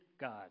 God